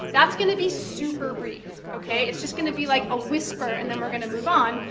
that's going to be super-brief, okay? it's just going to be like a whisper, and then we're going to move on,